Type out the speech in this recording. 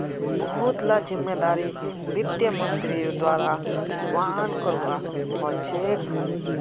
बहुत ला जिम्मेदारिक वित्त मन्त्रीर द्वारा वहन करवा ह छेके